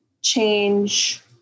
change